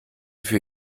für